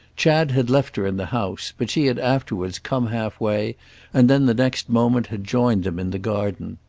chad had left her in the house, but she had afterwards come halfway and then the next moment had joined them in the garden.